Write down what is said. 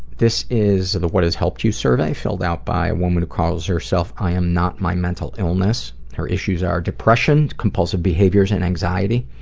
this is the what has helped you survey filled out by a woman who calls herself i am not my mental illness. her issues are depression, compulsive behaviors and anxiety.